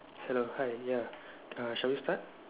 hello hi ya err shall we start